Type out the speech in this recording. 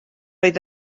oedd